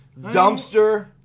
Dumpster